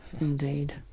Indeed